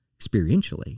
experientially